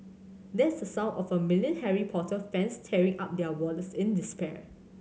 that's the sound of a million Harry Potter fans tearing up their wallets in despair